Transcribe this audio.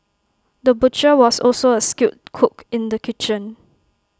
the butcher was also A skilled cook in the kitchen